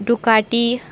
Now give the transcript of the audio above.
Ducati